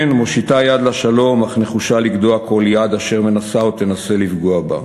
כן מושיטה יד לשלום אך נחושה לגדוע כל יד אשר מנסה או תנסה לפגוע בה.